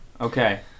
Okay